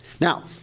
Now